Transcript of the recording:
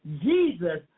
Jesus